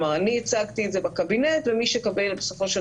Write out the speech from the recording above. אני הצגתי את זה בקבינט ומי שקיבל בסופו של